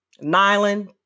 Nylon